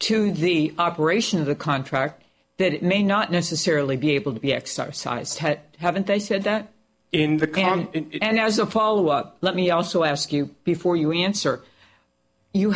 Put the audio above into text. to the operation of the contract that it may not necessarily be able to be exercised haven't they said that in the can and as a follow up let me also ask you before you answer you